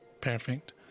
perfect